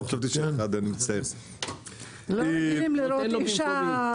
תאגידי המים מיותרים לחלוטין.